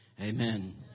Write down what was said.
Amen